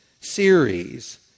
series